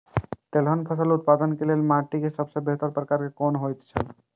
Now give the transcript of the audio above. तेलहन फसल उत्पादन के लेल माटी के सबसे बेहतर प्रकार कुन होएत छल?